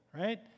right